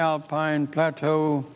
alpine plateau